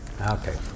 Okay